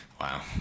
Wow